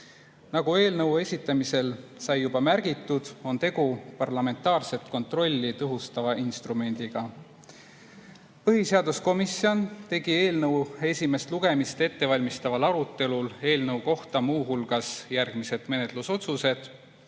Nagu eelnõu esitamisel sai juba märgitud, on tegu parlamentaarset kontrolli tõhustava instrumendiga. Põhiseaduskomisjon tegi eelnõu esimest lugemist ette valmistaval arutelul eelnõu kohta muu hulgas järgmised menetlusotsused.